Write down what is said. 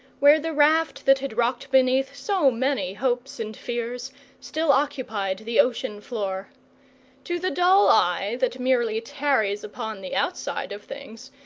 where the raft that had rocked beneath so many hopes and fears still occupied the ocean-floor. to the dull eye, that merely tarries upon the outsides of things,